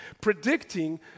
predicting